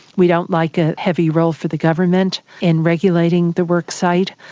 we don't like a heavy role for the government in regulating the work site,